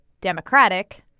democratic –